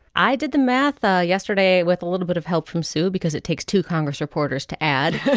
i did the math ah yesterday with a little bit of help from sue because it takes two congress reporters to add